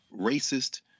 racist